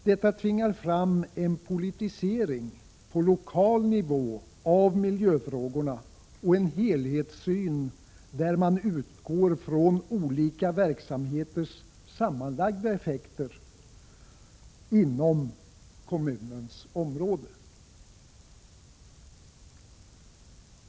Detta tvingar fram en politisering av miljöfrågorna på lokal nivå och en helhetssyn där man utgår från olika verksamheters sammanlagda effekter inom kommunens område.